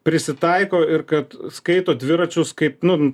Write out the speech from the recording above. prisitaiko ir kad skaito dviračius kaip nu